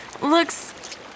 looks